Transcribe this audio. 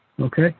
okay